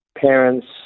parents